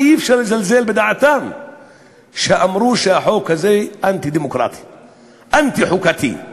נא לתת לחברת הכנסת זהבה גלאון